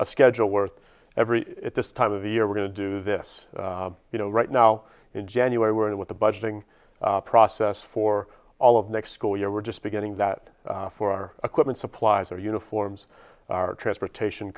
a schedule worth every at this time of year we're going to do this you know right now in january with the budgeting process for all of next school year we're just beginning that for our equipment supplies or uniforms our transportation